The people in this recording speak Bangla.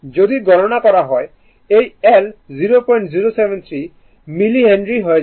যদি গণনা করা হয় এই L 0073 মিলি হেনরি হয়ে যাবে